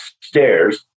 stairs